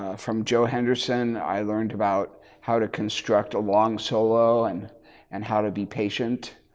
ah from joe henderson i learned about how to construct a long solo and and how to be patient.